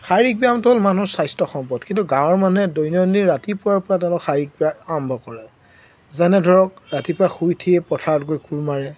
শাৰীৰিক ব্যায়ামটো হ'ল মানুহৰ স্বাস্থ্য সম্পদ কিন্তু গাঁৱৰ মানুহে দৈনন্দিন ৰাতিপুৱাৰপৰা তেওঁলোক শাৰীৰিক ব্য়ায়াম আৰম্ভ কৰে যেনে ধৰক ৰাতিপুৱা শুই উঠিয়ে পথাৰত গৈ কোৰ মাৰে